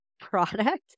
product